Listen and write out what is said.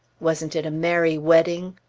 wasn't it a merry wedding?